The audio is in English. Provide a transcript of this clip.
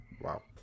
Wow